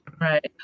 Right